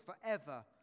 forever